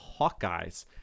Hawkeyes